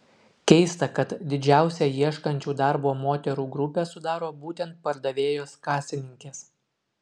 keista kad didžiausią ieškančių darbo moterų grupę sudaro būtent pardavėjos kasininkės